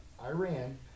Iran